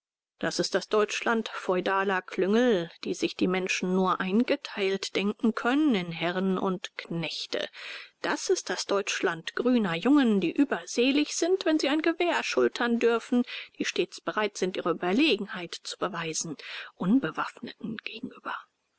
das ist das deutschland feudaler klüngel die sich die menschen nur eingeteilt denken können in herren und knechte das ist das deutschland grüner jungen die überselig sind wenn sie ein gewehr schultern dürfen die stets bereit sind ihre überlegenheit zu beweisen unbewaffneten gegenüber